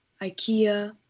Ikea